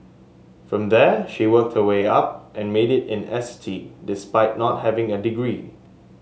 from there she worked her way up and made it in S T despite not having a degree